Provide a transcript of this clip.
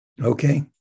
Okay